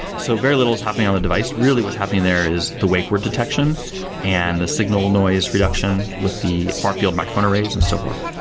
so very little is happening on the device. really what's happening there is the wake word detection and the signal noise reduction with the far-field microphone arrays and so forth.